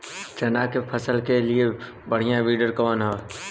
चना के फसल के लिए बढ़ियां विडर कवन ह?